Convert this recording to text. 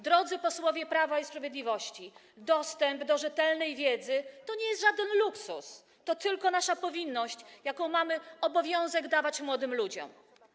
Drodzy posłowie Prawa i Sprawiedliwości, dostęp do rzetelnej wiedzy to nie jest żaden luksus, tylko nasza powinność, mamy obowiązek dawać to młodym ludziom.